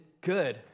good